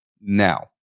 now